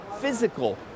physical